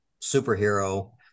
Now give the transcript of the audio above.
superhero